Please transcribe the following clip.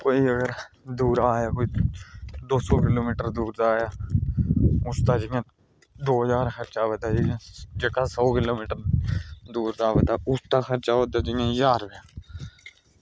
केईं अगर दूरा कोई दो सौ किलोमीटर दूर दा उसदा जियां दो ज्हार रपेआ खर्चा आवा दा जियां जेह्का सौ किलोमीटर दूर उसदा आवा दा जियां ज्हार रपेआ